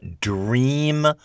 dream